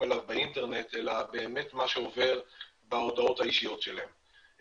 אליו באינטרנט אלא באמת מה שעובר בהודעות האישיות שלהם.